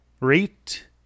rate